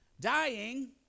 dying